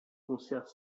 conserve